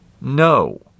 No